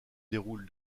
déroule